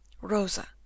Rosa